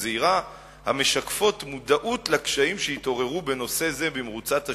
זהירה המשקפות מודעות לקשיים שהתעוררו בנושא זה במרוצת השנים,